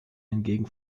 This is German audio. hingegen